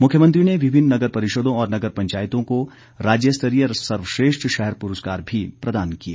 मुख्यमंत्री ने विभिन्न नगर परिषदों और नगर पंचायतों को राज्य स्तरीय सर्वश्रेष्ठ शहर पुरस्कार भी प्रदान किए